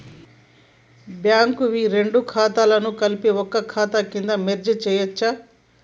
Bank వి రెండు ఖాతాలను కలిపి ఒక ఖాతా కింద మెర్జ్ చేయచ్చా?